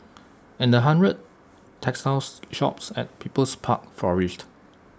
and the hundred textile shops at people's park flourished